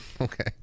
Okay